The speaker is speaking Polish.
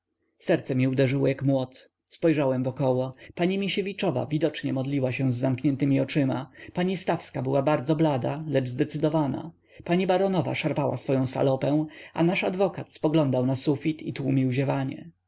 serce mi uderzyło jak młot spojrzałem wokoło pani misiewiczowa widocznie modliła się z zamkniętemi oczyma pani stawska była bardzo blada lecz zdecydowana pani baronowa szarpała swoję salopę a nasz adwokat spoglądał na sufit i tłumił ziewanie